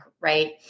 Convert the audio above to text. right